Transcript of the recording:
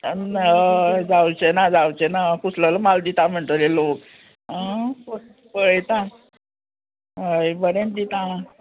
हय जावचें ना जावचें ना कुसलोलो माल दिता म्हणटले लोक आं पयता हय बरें दिता